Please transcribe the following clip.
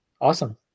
awesome